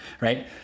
Right